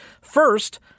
First